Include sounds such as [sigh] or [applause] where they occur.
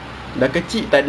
[laughs]